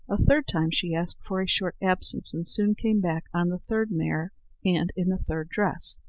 a third time she asked for a short absence, and soon came back on the third mare and in the third dress.